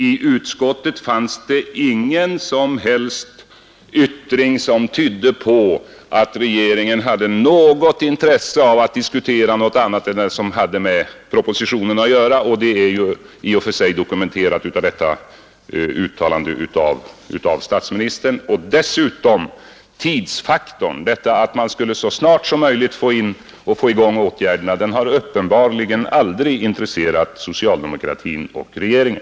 I utskottet fanns inget som helst som tydde på att regeringen hade något intresse att diskutera något annat än det som hade med propositionen att göra, vilket i och för sig blivit dokumenterat genom detta uttalande av statsministern. Tidsfaktorn, nödvändigheten av att man så snart som möjligt skulle få i gång åtgärderna, har uppenbarligen aldrig intresserat socialdemokratin och regeringen.